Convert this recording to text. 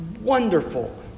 wonderful